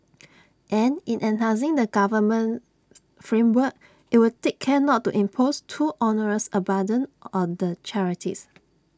and in enhancing the governance framework IT will take care not to impose too onerous A burden on the charities